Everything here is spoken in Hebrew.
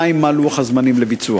2. מה הוא לוח הזמנים לביצוע?